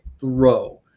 throw